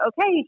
okay